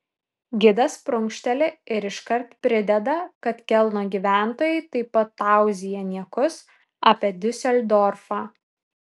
gidas prunkšteli ir iškart prideda kad kelno gyventojai taip pat tauzija niekus apie diuseldorfą